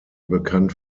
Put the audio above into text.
bekannt